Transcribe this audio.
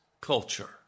culture